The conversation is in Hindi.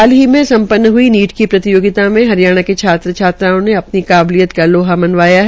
हाल ही में सम्प्पन हई नीट की प्रतियोगिता में हरियाणा के छात्र छात्राओं ने अपनी काबलियत का लोहा मनवाया है